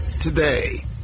today